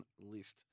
list